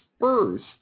first